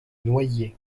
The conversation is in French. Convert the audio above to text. noyers